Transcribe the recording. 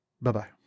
Bye-bye